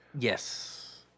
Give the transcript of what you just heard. Yes